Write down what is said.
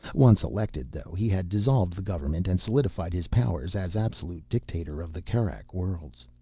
once elected, though, he had dissolved the government and solidified his powers as absolute dictator of the kerak worlds.